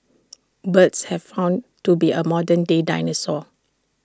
birds have found to be A modern day dinosaurs